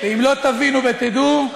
ואם לא תבינו ותדעו,